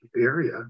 area